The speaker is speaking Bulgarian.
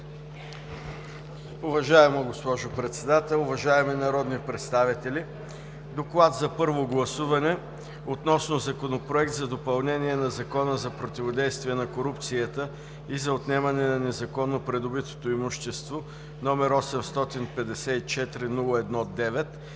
Уважаема госпожо Председател, уважаеми народни представители! „ДОКЛАД за първо гласуване относно Законопроект за допълнение на Закона за противодействие на корупцията и за отнемане на незаконно придобитото имущество, № 854-01-9,